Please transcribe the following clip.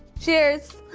cheers.